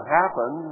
happen